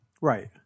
Right